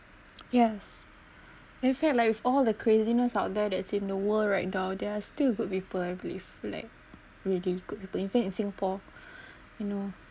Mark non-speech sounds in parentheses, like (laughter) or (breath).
yes I felt like with all the craziness out there that's in the world right now there are still good people I believe like really good people even in singapore (breath) you know